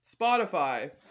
spotify